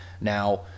now